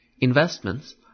Investments